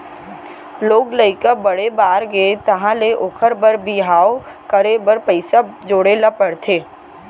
लोग लइका बड़े बाड़गे तहाँ ले ओखर बर बिहाव करे बर पइसा जोड़े ल परथे